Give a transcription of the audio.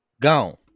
Gone